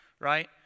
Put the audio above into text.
right